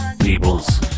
peoples